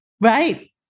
Right